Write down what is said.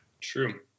true